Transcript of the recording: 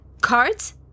cards